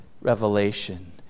revelation